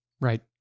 right